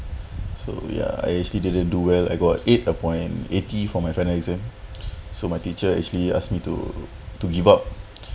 so ya I actually didn't do well I got eight appoint eighty for my final exam so my teacher actually asked me to to give up